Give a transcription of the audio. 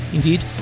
Indeed